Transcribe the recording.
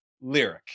lyric